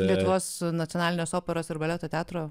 dainuos nacionalinio operos ir baleto teatro